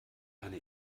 eine